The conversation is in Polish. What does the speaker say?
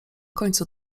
końcu